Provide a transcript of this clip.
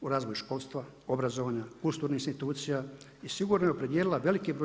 U razvoju školstva, obrazovanja, uslužnih institucija i sigurno je opredijelila veliki br.